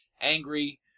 angry